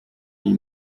iyi